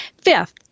Fifth